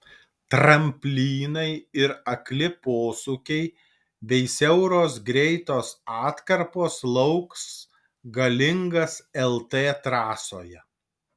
tramplynai ir akli posūkiai bei siauros greitos atkarpos lauks galingas lt trasoje